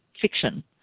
fiction